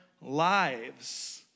lives